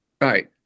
right